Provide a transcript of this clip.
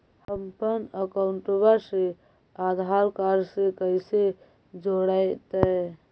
हमपन अकाउँटवा से आधार कार्ड से कइसे जोडैतै?